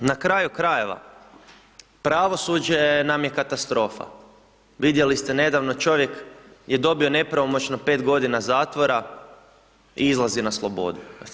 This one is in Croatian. Na kraju krajeva, pravosuđe nam je katastrofa, vidjeli ste nedavno čovjek je dobio nepravomoćno 5 godina zatvora, izlazi na slobodu.